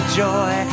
joy